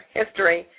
history